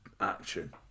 action